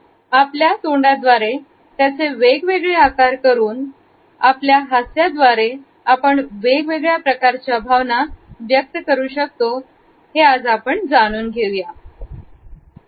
आपल्या चेहऱ्याद्वारे त्याचे वेगवेगळे आकार करून आपल्या हातच्या द्वारे आपण वेगवेगळ्या प्रकारच्या भावना व्यक्त करू शकतो हे आज आपण जाणून घेणार आहोत